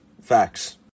Facts